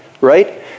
right